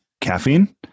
caffeine